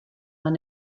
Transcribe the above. man